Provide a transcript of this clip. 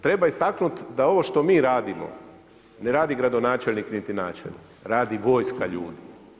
Treba istaknuti da ovo što mi radimo ne radi gradonačelnik, niti načelnik radi vojska ljudi.